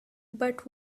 but